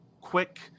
quick